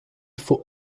faut